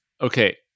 Okay